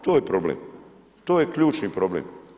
To je problem, to je ključni problem.